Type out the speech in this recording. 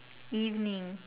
evening